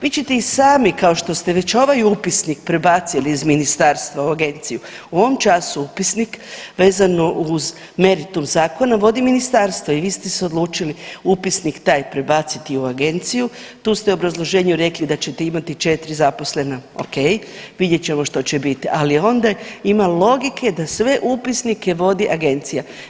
Vi ćete i sami kao što ste već ovaj upisnik prebacili iz ministarstva u agenciju u ovom času upisnik vezano uz meritum zakona vodi ministarstvo i vi ste se odlučili upisnik taj prebaciti u agenciju, tu ste u obrazloženju rekli da ćete imati četiri zaposlena, ok, vidjet ćemo što će bit, ali onda ima logike da sve upisnike vodi agencija.